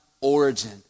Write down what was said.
origin